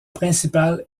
principal